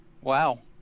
wow